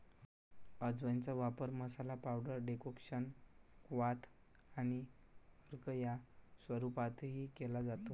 अजवाइनचा वापर masala, powder, decoction, क्वाथ आणि अर्क या स्वरूपातही केला जातो